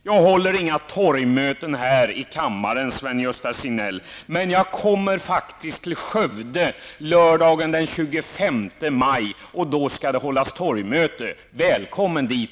Jag håller inga torgmöten här i kammaren, men jag kommer faktiskt till Skövde lördagen den 25 maj och då skall det hållas torgmöte. Välkommen dit